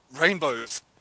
rainbows